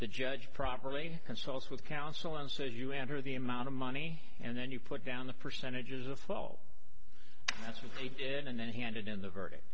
the judge properly consults with counsel and says you enter the amount of money and then you put down the percentages if well that's what they did and then handed in the verdict